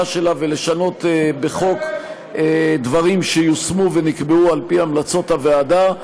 שלה ולשנות בְּחוק דברים שיושמו ונקבעו על פי המלצות הוועדה.